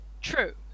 true